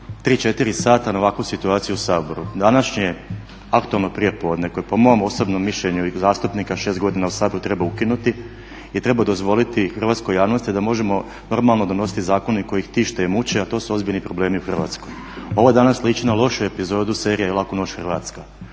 3-4 sata na ovakvu situaciju u Saboru. Današnje aktualno prijepodne koje je po mom osobnom mišljenju zastupnika 6 godina u Saboru treba ukinuti i treba dozvoliti hrvatskoj javnosti da možemo normalno donositi zakone koji ih tište i muče, a to su ozbiljni problemi u Hrvatskoj. Ovo je danas sliči na lošu epizodu serije ″Laku noć Hrvatska″